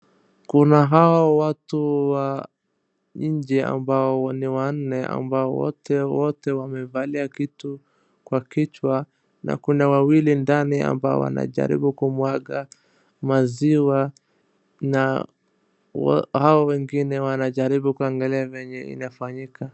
Kuna hao watu wa nje ambao ni wanne ambao wote wote wamevalia kitu kwa kichwa na kuna wawili ndani ambao wanajaribu kumwaga maziwa na hao wengine wanajaribu kuangalia venye inafanyika.